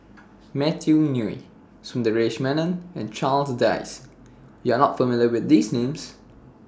Matthew Ngui Sundaresh Menon and Charles Dyce YOU Are not familiar with These Names